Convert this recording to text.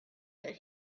that